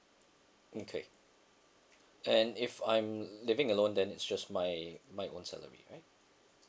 okay and if I'm living alone then it's just my my own salary right